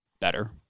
better